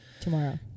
tomorrow